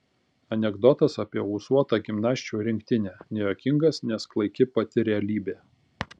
anekdotas apie ūsuotą gimnasčių rinktinę nejuokingas nes klaiki pati realybė